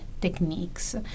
techniques